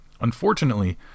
Unfortunately